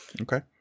Okay